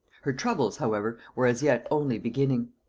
her troubles, however, were as yet only beginning.